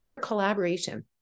collaboration